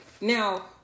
now